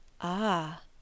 Ah